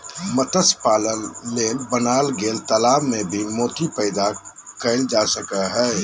मत्स्य पालन ले बनाल गेल तालाब में भी मोती पैदा कइल जा सको हइ